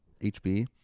hb